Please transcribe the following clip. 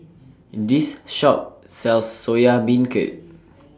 This Shop sells Soya Beancurd